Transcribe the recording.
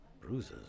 Bruises